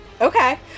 Okay